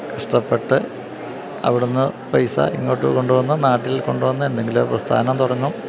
കഷ്ടപ്പെട്ട് അവിടെനിന്ന് പൈസ ഇങ്ങോട്ട് കൊണ്ടുവന്ന് നാട്ടിൽ കൊണ്ടുവന്ന് എന്തെങ്കിലുമൊരു പ്രസ്ഥാനം തുടങ്ങും